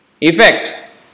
effect